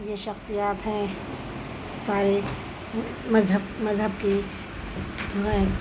یہ شخصیات ہیں سارے مذہب مذہب کے ہیں